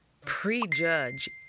prejudge